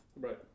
Right